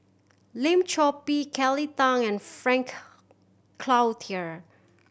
Lim Chor Pee Kelly Tang and Frank Cloutier